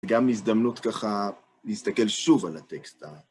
גם הזדמנות ככה, להסתכל שוב על הטקסט ה...